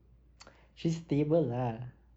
she's stable lah